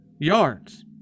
yards